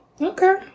okay